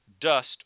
dust